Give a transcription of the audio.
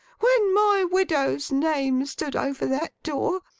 when my widow's name stood over that door,